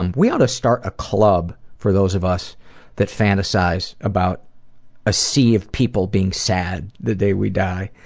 um we oughta start a club for those of us that fanaticize about a sea of people being sad the day we day.